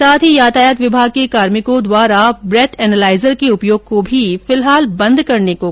साथ ही यातायात विभाग के कार्मियों द्वारा ब्रेथ एलॉलाईजर के उपयोग को भी फिलहाल बंद करने को कहा गया है